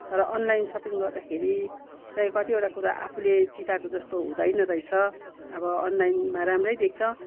तर online shopping गर्दाखेरि चाहिँ कतिवटा कुरा आफुले चिताएको जस्तो हुँदैन रहेछ अब अनलाइनमा राम्रै देख्छ